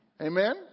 Amen